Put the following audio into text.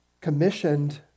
commissioned